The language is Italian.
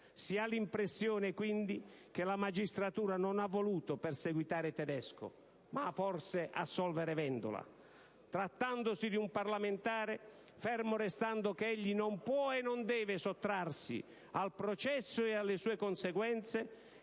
Si ha l'impressione quindi che la magistratura non abbia voluto perseguitare Tedesco, ma forse assolvere Vendola. Trattandosi di un parlamentare, fermo restando che egli non può e non deve sottrarsi al processo e alle sue conseguenze,